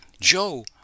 Joe